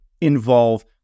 involve